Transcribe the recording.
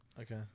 Okay